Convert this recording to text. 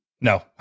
No